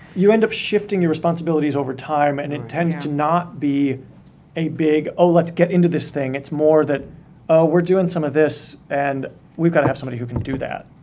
you end up shifting your responsibilities over time, and it tends to not be a big, oh let's get into this thing, it's more that we're doing some of this and we've got somebody who can do that.